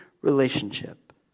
relationship